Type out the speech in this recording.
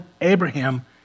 Abraham